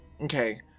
Okay